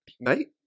Mate